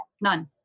none